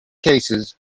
cases